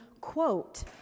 quote